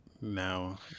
now